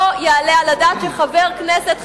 לא יעלה על הדעת שחבר כנסת,